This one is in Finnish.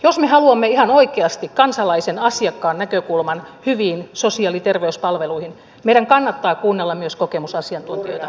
jos me haluamme ihan oikeasti kansalaisen asiakkaan näkökulman hyviin sosiaali ja terveyspalveluihin meidän kannattaa kuunnella myös kokemusasiantuntijoita